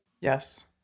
Yes